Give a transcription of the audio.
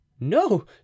No